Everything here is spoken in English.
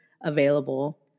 available